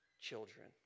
children